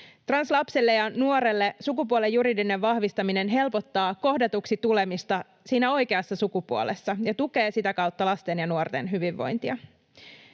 Translapselle ja -nuorelle sukupuolen juridinen vahvistaminen helpottaa kohdatuksi tulemista siinä oikeassa sukupuolessa ja tukee sitä kautta lasten ja nuorten hyvinvointia.